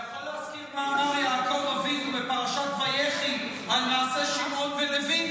אתה יכול להזכיר מה אמר יעקב אבינו בפרשת ויחי על מעשה שמעון ולוי?